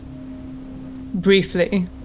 briefly